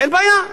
אין בעיה,